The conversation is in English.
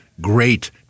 great